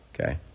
Okay